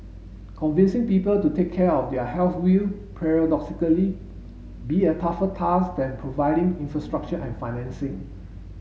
convincing people to take care of their health will paradoxically be a tougher task than providing infrastructure and financing